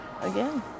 again